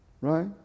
Right